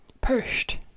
pushed